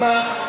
אז מה?